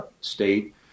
state